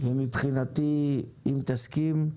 ומבחינתי אם תסכים,